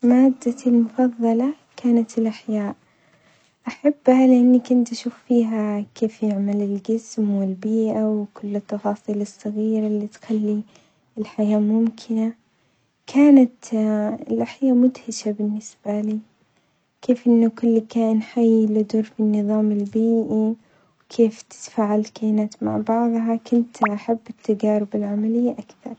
مادتي المفظلة كانت الأحياءأحبها لأني كنت أشوف فيها كيف يعمل الجسم والبيئة وكل التفاصيل الصغيرة اللي تخلي الحياة ممكنة، كانت الأحياء مدهشة بالنسبة لي، كيف أنه كل كائن حي له دور في النظام البيئي وكيف تتفاعل الكائنات مع بعظها، كنت أحب التجارب العملية أكثر.